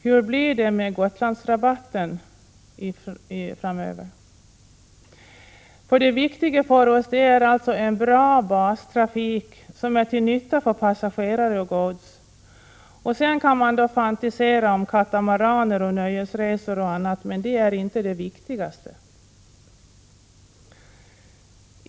Hur blir det med Gotlandsrabatten framöver? Det viktiga för oss är alltså en bra bastrafik som är till nytta för passagerare och gods. Sedan kan man fantisera om katamaraner och nöjesresor, men det är inte det viktigaste.